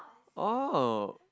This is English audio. oh